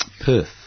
Perth